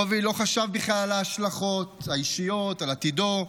קובי לא חשב בכלל על ההשלכות האישיות, על עתידו,